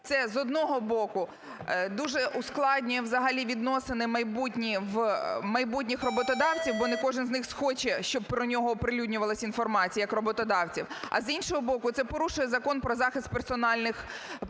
Це, з одного боку, дуже ускладнює взагалі відносини майбутніх роботодавців, бо не кожен з них схоче, щоб про нього оприлюднювалась інформація як роботодавця, а, з іншого боку, це порушує Закон про захист персональної інформації